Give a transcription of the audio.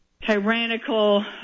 Tyrannical